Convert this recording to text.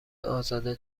ازاده